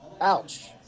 Ouch